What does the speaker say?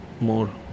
more